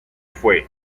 fue